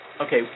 Okay